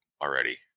already